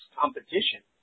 competition